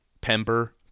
Pember